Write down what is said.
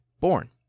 born